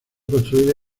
construida